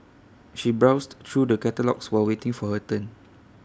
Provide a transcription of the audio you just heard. she browsed through the catalogues while waiting for her turn